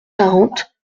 quarante